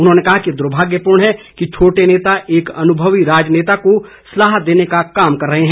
उन्होंने कहा कि दुर्भाग्यपूर्ण है कि छोटे नेता एक अनुभवी राजनेता को सलाह देने का कार्य कर रहे हैं